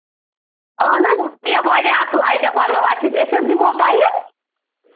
اَہَن حظ واریاہ واریاہ اَصٕل آیٹَم بَننو اَسہِ نش أسۍ حظ دِمہو تۄہہِ